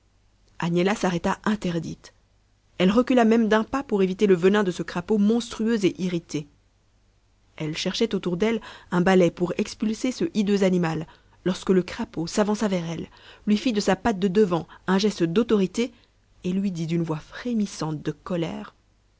agnella s'arrêta interdite elle recula même d'un pas pour éviter le venin de ce crapaud monstrueux et irrité elle cherchait autour d'elle un balai pour expulser ce hideux animal lorsque le crapaud s'avança vers elle lui fit de sa patte de devant un geste d'autorité et lui dit d'une voix frémissante de colère